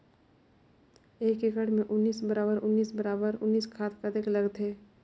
एक एकड़ मे उन्नीस बराबर उन्नीस बराबर उन्नीस खाद कतेक लगथे?